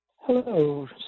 Hello